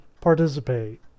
participate